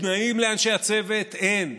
תנאים לאנשי הצוות, אין,